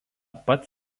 pats